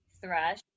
thrush